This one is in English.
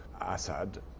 Assad